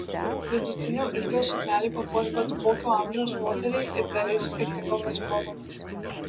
vidutinio ilgio suknelė papuoš bet kokio amžiaus moterį ir derės skirtingomis progomis